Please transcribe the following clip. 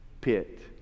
pit